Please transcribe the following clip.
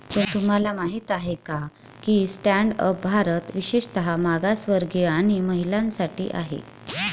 तुम्हाला माहित आहे का की स्टँड अप भारत विशेषतः मागासवर्गीय आणि महिलांसाठी आहे